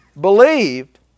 believed